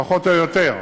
פחות או יותר,